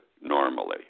normally